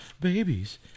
babies